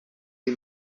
die